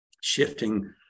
shifting